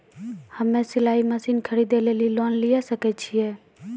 हम्मे सिलाई मसीन खरीदे लेली लोन लिये सकय छियै?